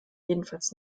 jedenfalls